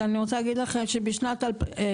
אז אני רוצה להגיד לכם שבשנת 2020,